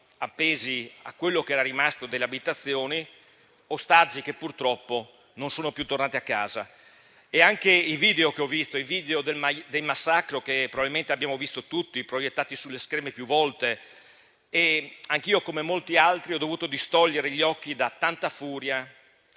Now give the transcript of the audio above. appesi a quello che era rimasto delle abitazioni, ostaggi che purtroppo non sono più tornati a casa. Ho visto anche i video del massacro, che probabilmente abbiamo visto tutti proiettati sugli schermi più volte, e anch'io, come molti altri, ho dovuto distogliere gli occhi da tanta furia